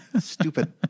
Stupid